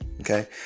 Okay